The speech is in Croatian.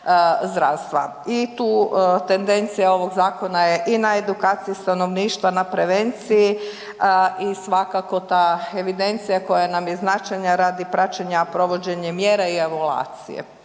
i tu tendencija ovog zakona je i na edukaciji stanovništva i prevenciji i svakako ta evidencija koja nam je značajna radi provođenja mjera i evaluacije.